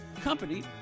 Company